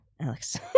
Alex